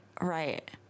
right